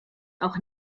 auch